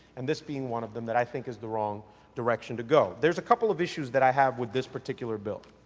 and this being one of them that i think is the wrong direction to go. there is a couple of issues that i have with this particular bill.